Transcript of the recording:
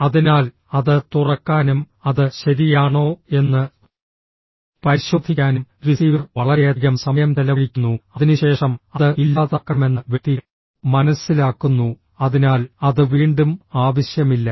അതിനാൽ അത് തുറക്കാനും അത് ശരിയാണോ എന്ന് പരിശോധിക്കാനും റിസീവർ വളരെയധികം സമയം ചെലവഴിക്കുന്നു അതിനുശേഷം അത് ഇല്ലാതാക്കണമെന്ന് വ്യക്തി മനസ്സിലാക്കുന്നു അതിനാൽ അത് വീണ്ടും ആവശ്യമില്ല